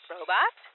Robot